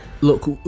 Look